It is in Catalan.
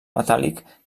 metàl·lic